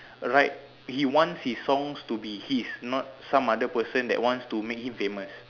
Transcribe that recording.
write he wants his songs to be his not some other person that wants to make him famous